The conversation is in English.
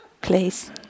please